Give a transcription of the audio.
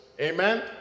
Amen